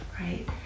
right